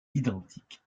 identiques